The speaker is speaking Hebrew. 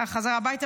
על החזרה הביתה,